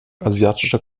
asiatischer